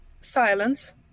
Silence